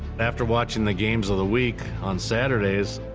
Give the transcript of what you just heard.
after watching the games of the week on saturdays,